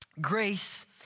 Grace